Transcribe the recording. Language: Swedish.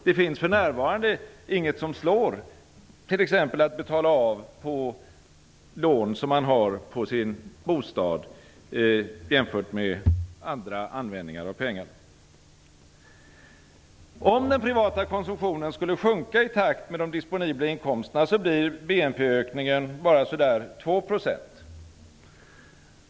Det finns för närvarande inget som slår t.ex. att betala av på lån som man har på sin bostad, jämfört med andra användningar av pengarna. Om den privata konsumtionen skulle sjunka i takt med de disponibla inkomsterna blir BNP-ökningen bara ca 2 %.